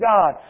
God